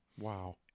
Wow